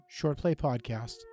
shortplaypodcast